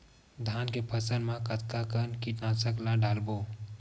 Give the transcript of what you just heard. धान के फसल मा कतका कन कीटनाशक ला डलबो?